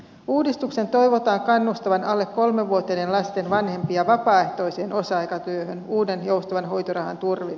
uudistuksen toivotaan kannustavan alle kolmevuotiaiden lasten vanhempia vapaaehtoiseen osa aikatyöhön uuden joustavan hoitorahan turvin